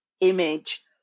image